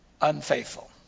Unfaithful